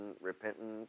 repentant